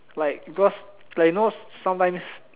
like because like you know sometimes